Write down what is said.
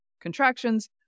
contractions